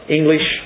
English